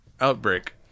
Outbreak